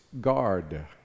guard